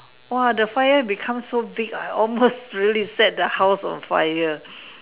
!wah! the fire become so big I almost really set the house on fire